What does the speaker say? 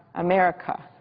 america,